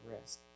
risk